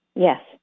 Yes